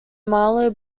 marlow